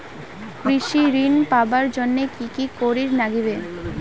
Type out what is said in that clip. কৃষি ঋণ পাবার জন্যে কি কি করির নাগিবে?